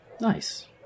nice